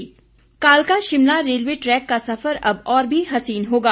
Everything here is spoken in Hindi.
रेल कालका शिमला रेलवे ट्रैक का सफर अब और भी हसीन होगा